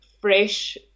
fresh